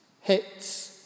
hits